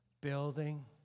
Building